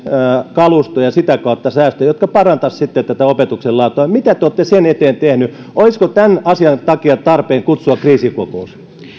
kalustojen kautta säästöjä jotka parantaisivat sitten tätä opetuksen laatua mitä te olette sen eteen tehnyt olisiko tämän asian takia tarpeen kutsua kriisikokous